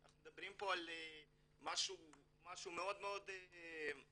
אנחנו מדברים פה על משהו מאוד מאוד קטן,